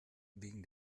wegen